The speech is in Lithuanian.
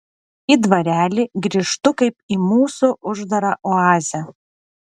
į dvarelį grįžtu kaip į mūsų uždarą oazę